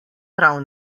prav